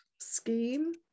scheme